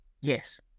Yes